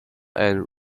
and